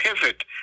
pivot